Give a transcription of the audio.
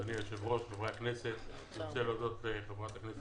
אני רוצה להודות לחברת הכנסת